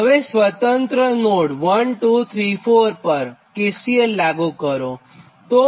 હવેસ્વતંત્ર node 1234 પર KCL લાગુ કરો